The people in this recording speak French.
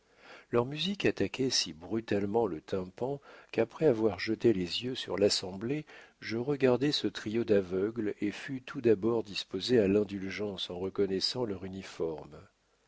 leur musique attaquait si brutalement le tympan qu'après avoir jeté les yeux sur l'assemblée je regardai ce trio d'aveugles et fus tout d'abord disposé à l'indulgence en reconnaissant leur uniforme